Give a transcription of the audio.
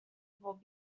will